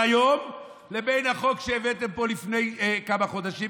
היום לבין החוק שהבאתם לפה לפני כמה חודשים,